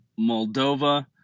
Moldova